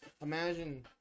imagine